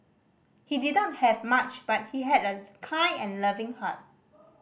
he didn't have much but he had a kind and loving heart